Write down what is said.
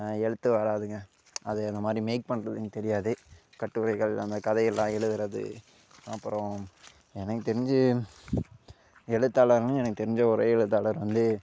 எழுத்து வராதுங்க அது அந்தமாதிரி மேக் பண்ணுறது எனக்கு தெரியாது கட்டுரைகள் அந்த கதை எல்லாம் எழுதுறது அப்புறம் எனக்கு தெரிஞ்சு எழுத்தாளர்னு எனக்கு தெரிஞ்ச ஒரே எழுத்தாளர் வந்து